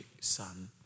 son